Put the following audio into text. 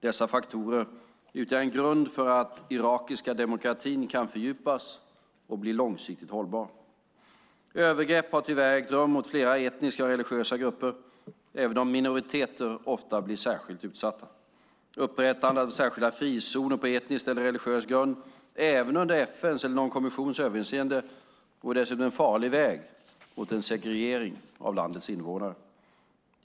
Dessa faktorer utgör en grund för att den irakiska demokratin kan fördjupas och bli långsiktigt hållbar. Övergrepp har tyvärr ägt rum mot flera etniska och religiösa grupper, även om minoriteter ofta blir särskilt utsatta. Upprättandet av särskilda frizoner på etnisk eller religiös grund, även under FN:s eller någon kommissions överinseende, vore dessutom en farlig väg mot segregering av landets invånare.